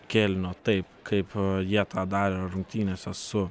kėlinio taip kaip jie tą darė rungtynėse su